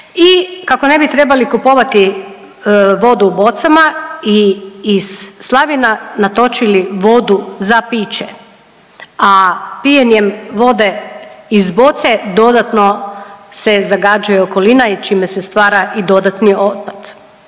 i kako ne bi trebali kupovati vodu u bocama i iz slavina natočili vodu za piće. A pijenjem vode iz boce dodatno se zagađuje okolina i čime se stvara i dodatni otpad.